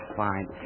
fine